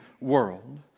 world